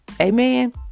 Amen